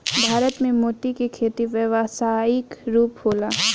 भारत में मोती के खेती व्यावसायिक रूप होला